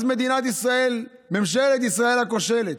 אז מדינת ישראל, ממשלת ישראל הכושלת,